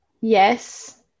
yes